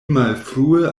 malfrue